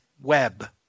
web